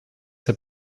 have